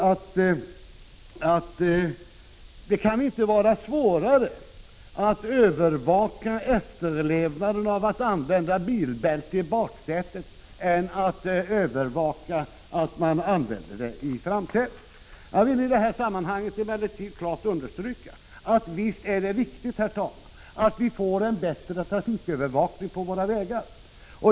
Det kan nämligen inte vara svårare att övervaka efterlevnaden av kravet på att använda bilbälte i baksätet än att övervaka användningen av bilbälte i framsätet. Jag vill emellertid i det här sammanhanget klart understryka att det naturligtvis är viktigt, herr talman, att vi får en bättre trafikövervakning på våra vägar.